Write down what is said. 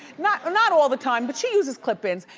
not not all the time but she uses clip ins.